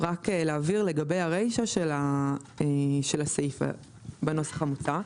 רק להבהיר, לגבי הרישא של הסעיף בנוסח הוצע,